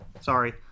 sorry